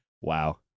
Wow